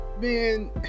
Man